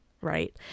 right